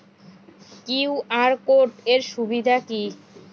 QR code এর সুবিধা কি?